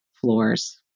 floors